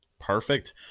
Perfect